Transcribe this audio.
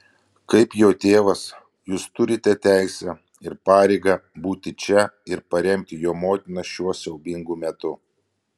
kaip jo tėvas jūs turite teisę ir pareigą būti čia ir paremti jo motiną šiuo siaubingu metu